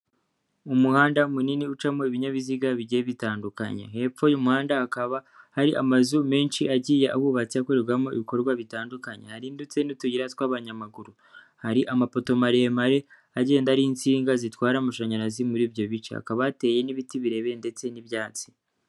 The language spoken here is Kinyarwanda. Ni umuhanda munini ucamo ibinyabiziga bigiye bitandukanye, hepfo y'umuhanda hakaba hari amazu menshi agiye ahubatse akorerwamo ibikorwa bitandukanye, hari ndetse n'utuyira tw'abanyamaguru, hari amapoto maremare agenda ariho insinga zitwara amashanyarazi muri ibyo bice, hakaba hateye n'ibiti birebire ndetse n'ibyatsi.